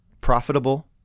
profitable